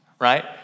right